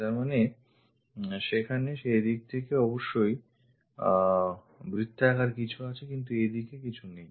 তার মানে সেখানে সেইদিকে অবশ্যই বৃত্তাকার কিছু আছে কিন্তু ঐদিকে কিছু নেই